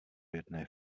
jedné